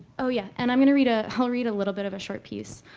oh, yeah, and i'm going to read ah i'll read a little bit of a short piece.